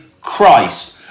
Christ